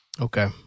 Okay